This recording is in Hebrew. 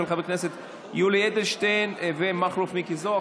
של חברי הכנסת יולי אדלשטיין ומכלוף מיקי זוהר.